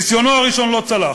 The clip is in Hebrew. ניסיונו הראשון לא צלח.